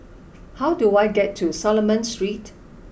how do I get to Solomon Street